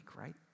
right